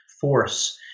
force